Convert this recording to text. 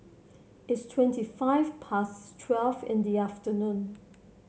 its twenty five past twelve in the afternoon